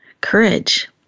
courage